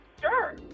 Sure